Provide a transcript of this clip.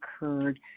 occurred